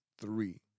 three